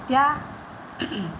এতিয়া